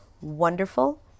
wonderful